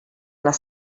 les